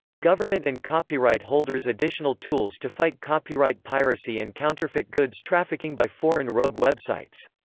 government and copyright holders additional tools to fight copyright piracy and counterfeit goods trafficking by foreign rogue websites.